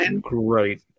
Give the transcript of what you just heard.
Great